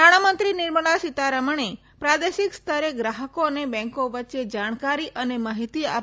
નાણામંત્રી નિર્મલા સીતારમણે પ્રાદેશીક સ્તરે ગ્રાહકો અને બેંકો વચ્ચે જાણકારી અને મહીતી આપ